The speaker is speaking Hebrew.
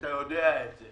ואתה יודע את זה